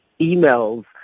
emails